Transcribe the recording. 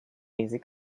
easy